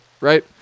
right